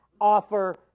offer